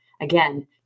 again